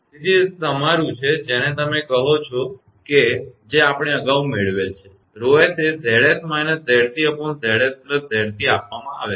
તેથી તે તમારુ છે જે તમે કહો છો તે અભિવ્યક્તિ છે જે આપણે અગાઉ મેળવેલ છે 𝜌𝑠 એ 𝑍𝑠−𝑍𝑐𝑍𝑠𝑍𝑐 આપવામાં આવેલ છે